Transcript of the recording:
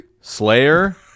Slayer